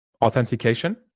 authentication